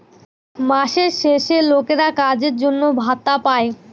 মাসের শেষে লোকেরা কাজের জন্য ভাতা পাই